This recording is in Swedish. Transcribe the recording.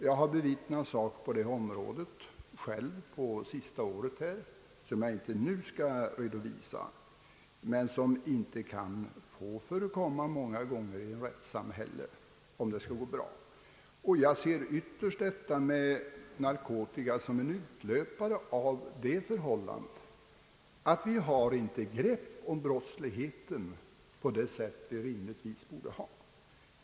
Jag har själv under det senaste året bevittnat en företeelse på detta område som jag inte nu skall redo visa men som inte kan få förekomma i ett rättssamhälle. Jag ser ytterst narkotikaproblemet som en konsekvens av att vi inte har grepp om brottsligheten på det sätt som vi rimligen borde ha.